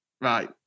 Right